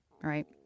right